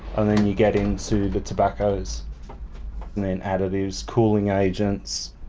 and then you get into the tobaccos and then additives, cooling agents,